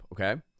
okay